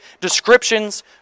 descriptions